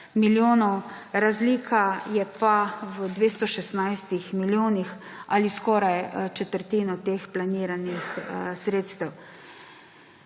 milijonov, razlika je pa v 216 milijonih ali skoraj četrtina teh planiranih sredstev.